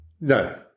No